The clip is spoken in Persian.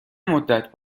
مدّت